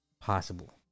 possible